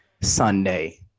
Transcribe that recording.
Sunday